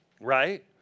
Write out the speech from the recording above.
right